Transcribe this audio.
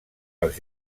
els